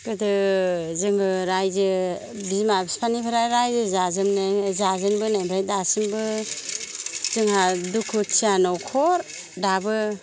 गोदो जोङो रायजो बिमा फिफानिफ्राय रायजो जाजोबनो जाजेन बोनायनिफ्रायनो दासिमबो जोंहा दुखुथिया न'खर दाबो